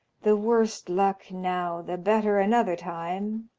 the worse luck now the better another time,